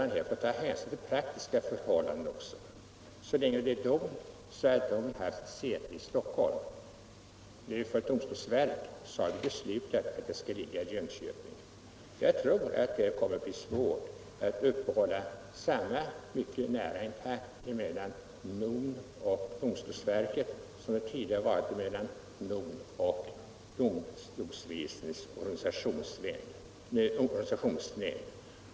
Man måste här ta hänsyn till praktiska förhållanden. DON har haft säte i Stockholm. Det nya domstolsverket skall däremot — enligt det beslut vi har fattat —- ligga i Jönköping. Jag tror att det kommer att bli svårt att upprätthålla samma mycket nära kontakt mellan NON och domstolsverket som tidigare förekommit mellan NON och domstolsväsendets organisationsnämnd.